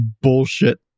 bullshit